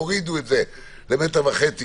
הורידו את זה למטר וחצי,